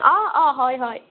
অঁ অঁ হয় হয়